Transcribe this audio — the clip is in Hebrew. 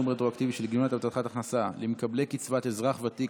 תשלום רטרואקטיבי של גמלת הבטחת הכנסה למקבלי קצבת אזרח ותיק),